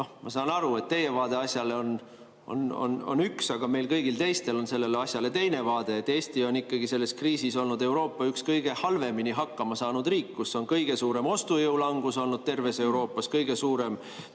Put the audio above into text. ma saan aru, et teie vaade asjale on üks, aga meil kõigil teistel on sellele asjale teine vaade. Eesti on selles kriisis ikkagi olnud Euroopa üks kõige halvemini hakkama saanud riik, kus on kõige suurem ostujõu langus olnud terves Euroopas, kõige suurem